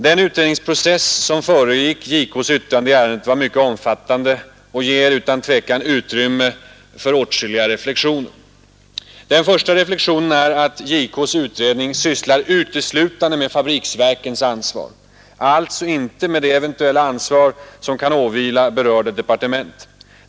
Den utredningsprocess som föregick JK:s yttrande i ärendet var mycket omfattande och ger utan tvivel utrymme för åtskilliga reflexioner. Den första reflexionen är att JK:s utredning sysslar uteslutande med fabriksverkens ansvar — alltså inte med det eventuella ansvar som kan åvila berörda departement.